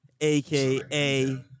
aka